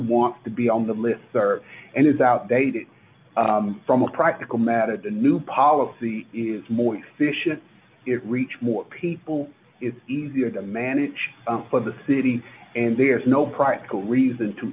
wants to be on the list are and is outdated from a practical matter the new policy is more efficient it reach more people it's easier to manage for the city and there's no practical reason to